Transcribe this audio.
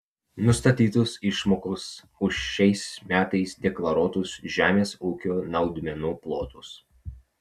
nustatytos išmokos už šiais metais deklaruotus žemės ūkio naudmenų plotus